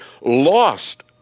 lost